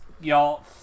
Y'all